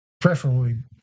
preferably